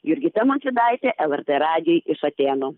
jurgita montvydaitė lrt radijui iš atėnų